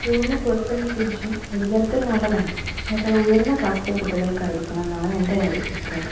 സ്കൂളിന് പുറത്തുള്ള ട്യൂഷൻ ഒരു തരത്തിൽ നല്ലതാണ് പക്ഷേ അത് ഉയർന്ന ക്ലാസ്സിലെ കുട്ടികൾക്ക് ആയിരിക്കണം എന്നാണ് എൻ്റെ അഭിപ്രായം